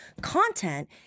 Content